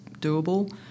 doable